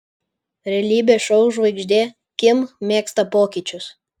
realybės šou žvaigždė kim mėgsta pokyčius